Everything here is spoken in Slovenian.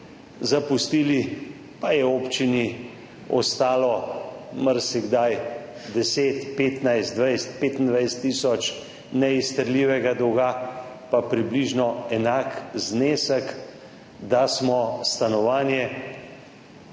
zapustili, pa je občini ostalo marsikdaj 10, 15, 20, 25 tisoč neizterljivega dolga, pa približno enak znesek, da smo stanovanje,